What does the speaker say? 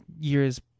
years